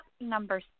number